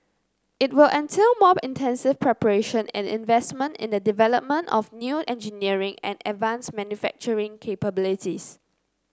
it will entail more intensive preparation and investment in the development of new engineering and advanced manufacturing capabilities